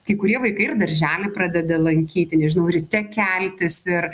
kai kurie vaikai ir darželį pradeda lankyti nežinau ryte keltis ir